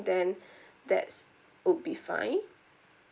then that's would be fine